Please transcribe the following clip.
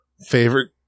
favorite